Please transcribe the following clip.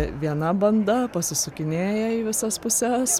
viena banda pasisukinėja į visas puses